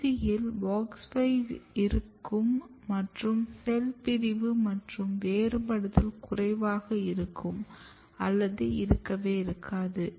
QC யில் WOX 5 இருக்கும் மற்றும் செல் பிரிவு மற்றும் வேறுபடுதல் குறைவாக இருக்கும் அல்லது இருக்கவே இருக்காது